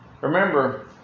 Remember